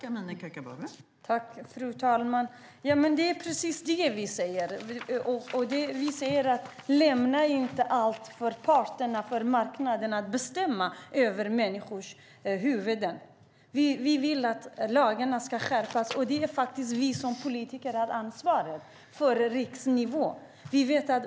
Fru talman! Ja, men det är precis det vi säger. Vi säger: Lämna inte åt parterna och åt marknaden att bestämma över människors huvuden! Vi vill att lagarna ska skärpas. Det är faktiskt vi politiker som har ansvaret på riksnivå.